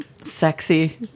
sexy